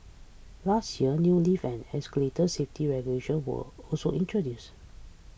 last year new lift and escalator safety regulations were also introduced